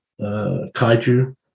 kaiju